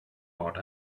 part